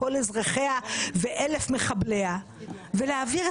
כל אזרחיה ואלף מחבליה ולהעביר את